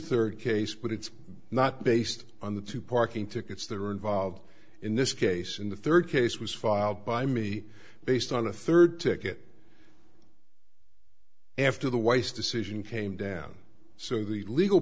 third case but it's not based on the two parking tickets that are involved in this case in the third case was filed by me based on a third ticket after the wife's decision came down so the legal